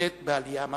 הנמצאת בעלייה מתמדת.